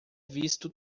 visto